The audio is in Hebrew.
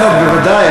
בוודאי,